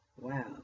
wow